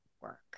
work